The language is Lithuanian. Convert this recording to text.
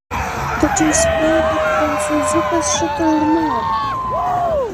tačiau spėju kad prancūziukas šito ir nori